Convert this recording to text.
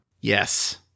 Yes